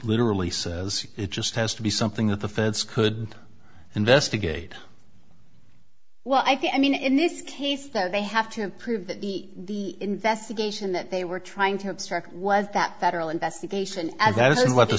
literally says it just has to be something that the feds could investigate well i think i mean in this case though they have to prove that the investigation that they were trying to obstruct was that federal investigation and that's what the